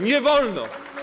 Nie wolno!